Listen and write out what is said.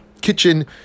kitchen